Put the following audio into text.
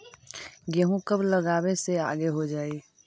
गेहूं कब लगावे से आगे हो जाई?